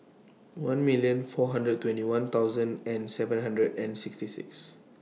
one million four hundred twenty one thousand and seven hundred and sixty six